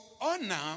honor